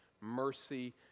mercy